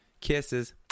Kisses